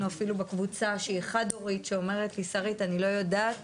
אפילו בקבוצה שהיא חד הורית ואומרת לי שרית אני לא יודעת